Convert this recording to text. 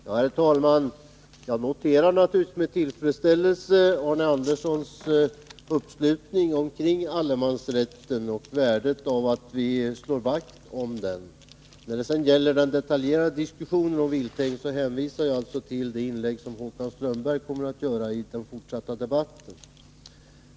Herr talman! Jag noterar naturligtvis med tillfredsställelse att Arne Andersson i Ljung sluter upp bakom allemansrätten och värdet av att vi slår vakt om den. När det gäller den detaljerade diskussionen om vilthägn hänvisar jag till det inlägg som Håkan Strömberg kommer att göra senare under debatten.